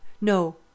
no